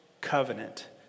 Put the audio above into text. covenant